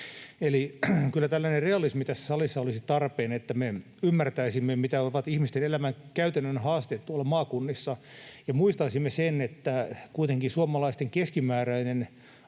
Eli kyllä tällainen realismi tässä salissa olisi tarpeen, että me ymmärtäisimme, mitä ovat ihmisten elämän käytännön haasteet tuolla maakunnissa, ja muistaisimme sen, että kuitenkin suomalaisten keskimääräinen